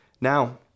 Now